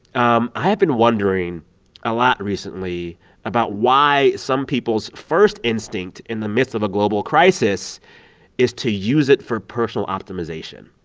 um i have been wondering a lot recently about why some people's first instinct in the midst of a global crisis is to use it for personal optimization.